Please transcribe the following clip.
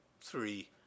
three